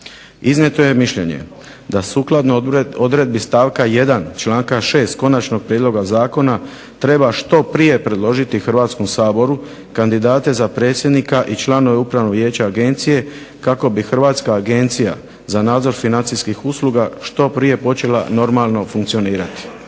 iznijeto je mišljenje da sukladno odredbi stavka 1. članka 6. konačnog prijedloga zakona treba što prije predložiti Hrvatskom saboru kandidate za predsjednika i članove Upravnog vijeća agencije kako bi Hrvatska agencija za nadzor financijskih usluga što prije počela normalno funkcionirati.